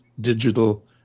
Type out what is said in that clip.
digital